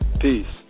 Peace